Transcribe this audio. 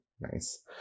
nice